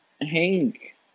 Hank